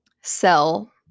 sell